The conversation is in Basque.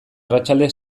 arratsalde